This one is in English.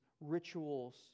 rituals